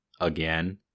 again